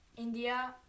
India